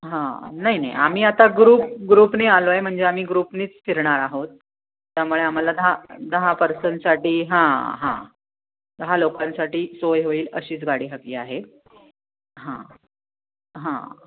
हां नाही नाही आम्ही आता ग्रुप ग्रुपने आलो आहे म्हणजे आम्ही ग्रुपनेच फिरणार आहोत त्यामुळे आम्हाला दहा दहा पर्सनसाठी हां हां दहा लोकांसाठी सोय होईल अशीच गाडी हवी आहे हां हां